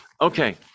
Okay